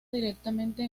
directamente